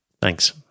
Thanks